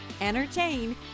entertain